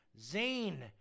Zane